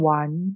one